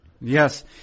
Yes